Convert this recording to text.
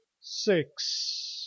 six